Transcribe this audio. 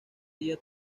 día